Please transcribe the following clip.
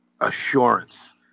assurance